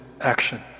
action